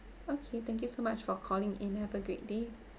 okay thank you so much for calling in have a great day